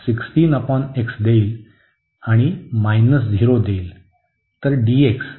तर upper limit आपल्याला देईल आणि मायनस 0 देईल